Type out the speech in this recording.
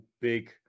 big